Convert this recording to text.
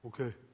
Okay